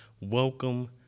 welcome